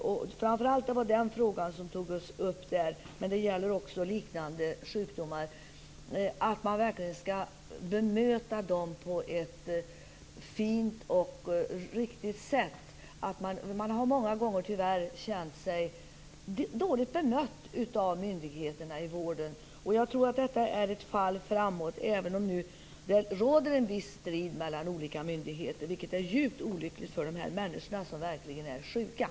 Det var framför allt den frågan som togs upp, men detta gäller också liknande sjukdomar. Man måste verkligen bemöta dessa patienter på ett fint och riktigt sätt. Många gånger har patienterna tyvärr känt sig dåligt bemötta av myndigheterna i vården. Jag tror att detta är ett fall framåt, även om det nu pågår en viss strid mellan olika myndigheter - vilket är djupt olyckligt för de här människorna, som verkligen är sjuka.